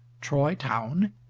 troy town,